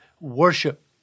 worship